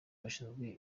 bashinzwe